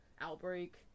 outbreak